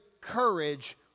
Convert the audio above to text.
courage